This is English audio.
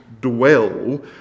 dwell